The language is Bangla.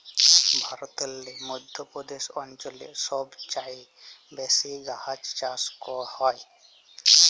ভারতেল্লে মধ্য প্রদেশ অঞ্চলে ছব চাঁঁয়ে বেশি গাহাচ চাষ হ্যয়